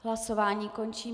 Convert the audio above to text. Hlasování končím.